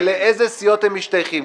-- ולאיזה סיעות הם משתייכים.